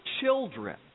children